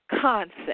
concept